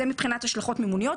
אלה ההשלכות המימוניות.